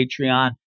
Patreon